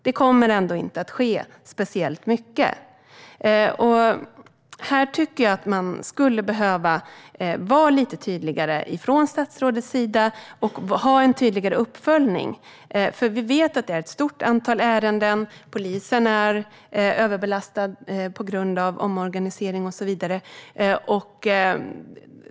Det kommer ändå inte att ske speciellt mycket. Jag tycker att statsrådet skulle behöva vara lite tydligare och följa upp detta. Vi vet att det är ett stort antal ärenden, och polisen är överbelastad på grund av omorganisation och så vidare.